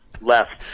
left